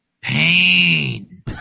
pain